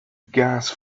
gas